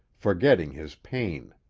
forgetting his pain.